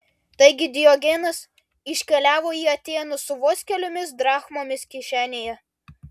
taigi diogenas iškeliavo į atėnus su vos keliomis drachmomis kišenėje